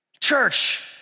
Church